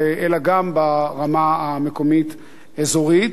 אלא גם ברמה המקומית-אזורית.